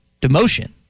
demotion